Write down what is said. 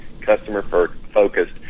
customer-focused